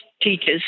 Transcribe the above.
teachers